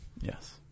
Yes